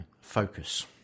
Focus